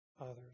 others